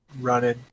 running